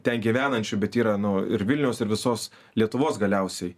ten gyvenančių bet yra nu ir vilniaus ir visos lietuvos galiausiai